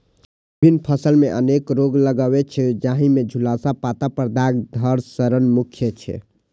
विभिन्न फसल मे अनेक रोग लागै छै, जाहि मे झुलसा, पत्ता पर दाग, धड़ सड़न मुख्य छै